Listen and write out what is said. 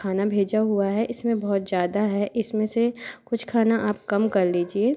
खाना भेजा हुआ है इसमें बहुत ज़्यादा है इसमें से कुछ खाना आप कम कर लीजिए